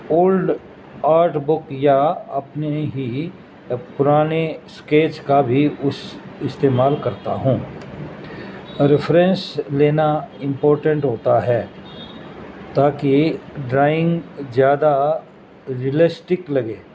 old art book یا اپنے ہی پرانے اسکیچ کا بھی اس استعمال کرتا ہوں ریفرینس لینا امپورٹینٹ ہوتا ہے تاکہ ڈرائنگ زیادہ ریئلسٹک لگے